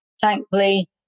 thankfully